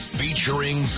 featuring